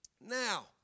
Now